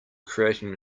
creating